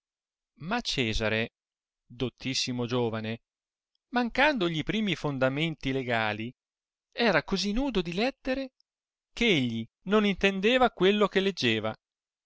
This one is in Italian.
ma cesare dottissnno giovane mancandogli i primi fondamenti legali era così nudo di lettere ch'egli non intendeva quello che leggeva